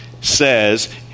says